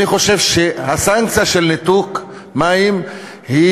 אני חושב שהסנקציה של ניתוק מים היא